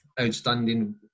outstanding